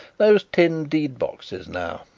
those tin deed-boxes now.